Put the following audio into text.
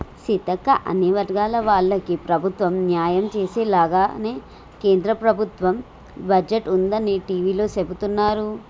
సీతక్క అన్ని వర్గాల వాళ్లకి ప్రభుత్వం న్యాయం చేసేలాగానే కేంద్ర ప్రభుత్వ బడ్జెట్ ఉందని టివీలో సెబుతున్నారు